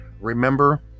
Remember